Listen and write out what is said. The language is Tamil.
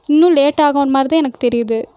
இன்னும் லேட்டாகுன்னு மாதிரிதான் எனக்குத் தெரியுது